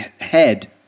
head